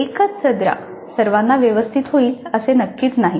एकच सदरा सर्वाना व्यवस्थित होईल असे नक्कीच नाही